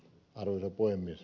arvoisa puhemies